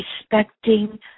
respecting